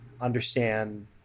understand